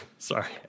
Sorry